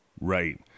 right